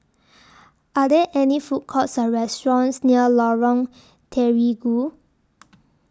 Are There any Food Courts Or restaurants near Lorong Terigu